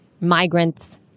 migrants